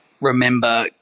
remember